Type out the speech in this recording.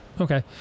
Okay